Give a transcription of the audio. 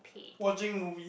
watching movies